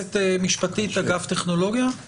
יועצת משפטית אגף טכנולוגיה,